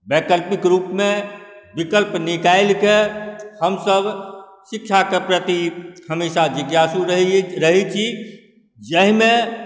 वैकल्पिक रूपमे विकल्प निकालिकऽ हमसब शिक्षाके प्रति हमेशा जिज्ञासु रहै छी जाहिमे